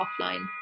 offline